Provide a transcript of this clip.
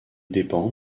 dépend